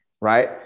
right